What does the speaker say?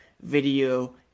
video